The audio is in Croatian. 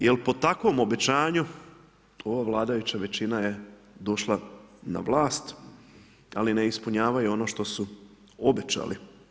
Jer po takvom obećanju ova vladajuća većina je došla na vlast, ali ne ispunjavaju ono što su obećali.